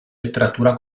letteratura